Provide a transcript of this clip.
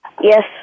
Yes